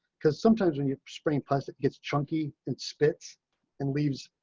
because sometimes when you're spraying. plus, it gets chunky and spits and leaves.